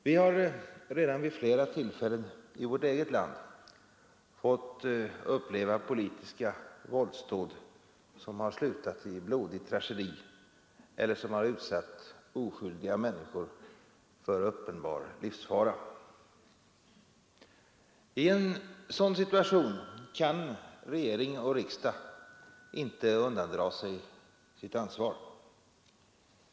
Vi har redan vid flera tillfällen i vårt eget land fått uppleva politiska våldsdåd som har slutat i blodig tragedi eller som har utsatt oskyldiga människor för uppenbar livsfara. I en sådan situation kan regering och riksdag inte undandra sig sitt ansvar.